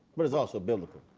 but it's also built.